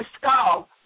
skull